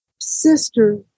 sister